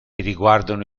riguardano